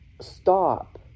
stop